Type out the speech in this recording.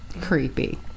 creepy